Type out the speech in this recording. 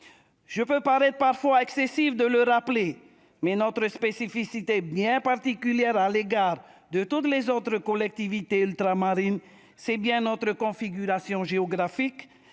peuvent parfois paraître excessifs, mais notre spécificité bien particulière à l'égard de toutes les autres collectivités ultramarines, c'est bien notre configuration géographique,